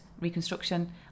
reconstruction